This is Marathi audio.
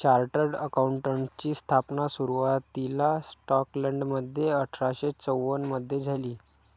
चार्टर्ड अकाउंटंटची स्थापना सुरुवातीला स्कॉटलंडमध्ये अठरा शे चौवन मधे झाली